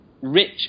rich